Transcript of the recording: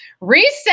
Reset